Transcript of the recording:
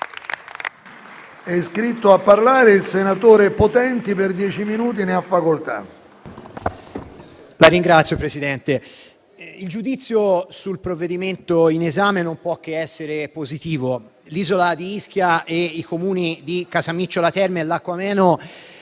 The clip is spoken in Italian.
il giudizio sul provvedimento in esame non può che essere positivo. L'isola di Ischia e i Comuni di Casamicciola Terme e Lacco Ameno